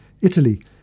Italy